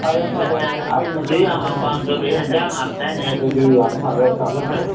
ꯐꯔꯦ ꯐꯔꯦ ꯑꯩꯅꯖꯨ ꯌꯥꯝ ꯄꯥꯝꯖꯕ ꯏꯟꯖꯥꯡ ꯉꯥꯛꯇꯅꯦ ꯑꯗꯨꯗꯤ ꯌꯥꯝ ꯐꯔꯦ ꯐꯔꯦ ꯐꯔꯦ ꯐꯔꯦ